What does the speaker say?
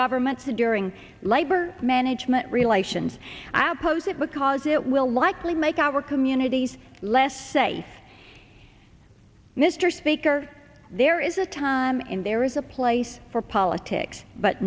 governments and during labor management relations i oppose it because it will likely make our communities less say mr speaker there is a time and there is a place for